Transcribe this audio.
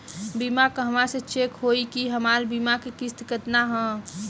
बीमा कहवा से चेक होयी की हमार बीमा के किस्त केतना ह?